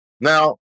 Now